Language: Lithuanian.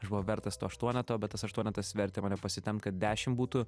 aš buvau vertas to aštuoneto bet tas aštuonetas vertė mane pasitempt kad dešimt būtų